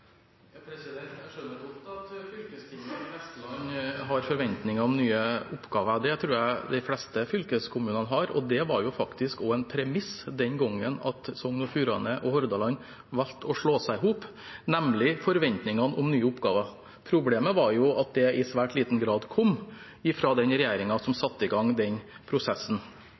Jeg skjønner godt at fylkestinget i Vestland har forventninger om nye oppgaver. Det tror jeg de fleste fylkeskommunene har. Det var faktisk også en premiss den gangen da Sogn og Fjordane og Hordaland valgte å slå seg sammen, nemlig forventninger om nye oppgaver. Problemet var at det i svært liten grad kom fra den regjeringen som satte i gang den prosessen.